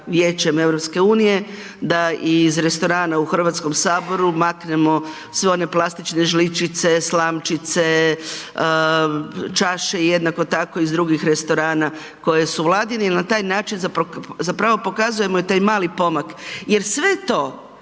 Vijećem EU da iz restorana u HS maknemo sve one plastične žličice, slamčice, čaše, jednako tako i iz drugih restorana koji su Vladini jel na taj način zapravo pokazujemo i taj mali pomak. Jer sve to